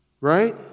Right